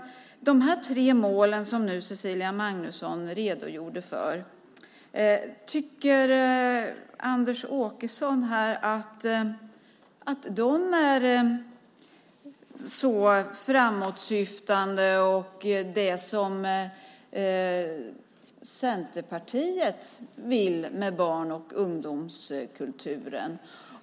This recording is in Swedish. Tycker Anders Åkesson att de tre målen som Cecilia Magnusson redogjorde för är framåtsyftande och det som Centerpartiet vill med barn och ungdomskulturen?